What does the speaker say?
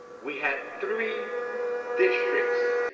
we had three districts